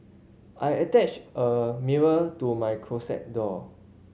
I attached a mirror to my closet door